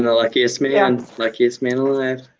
luckiest man luckiest man alive.